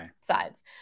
sides